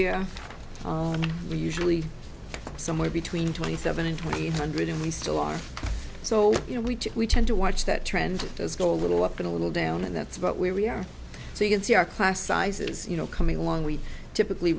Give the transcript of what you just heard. year we usually somewhere between twenty seven and one hundred and we still are so you know we we tend to watch that trend does go a little up in a little down and that's about where we are so you can see our class sizes you know coming along we typically